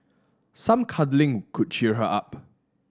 some cuddling could cheer her up